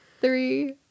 three